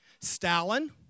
Stalin